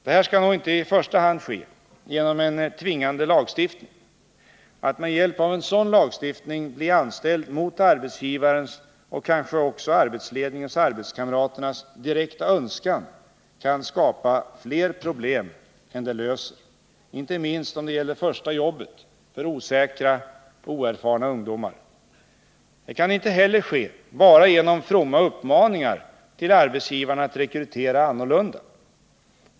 Detta skall nog inte i första hand ske genom en tvingande lagstiftning. Blir man med hjälp av en sådan lagstiftning anställd mot arbetsgivarens och kanske också mot arbetsledningens och arbetskamraternas direkta önskan kan det skapa fler problem än det löser — inte minst om det gäller första jobbet för osäkra och oerfarna ungdomar. Det kan inte heller ske bara genom fromma uppmaningar till arbetsgivarna att rekrytera annorlunda.